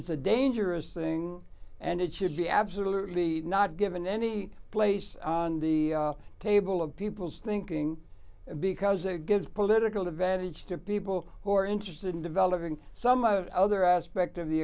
it's a dangerous thing and it should be absolutely not given any place on the table of people's thinking because it gives political advantage to people who are interested in developing some other aspect of the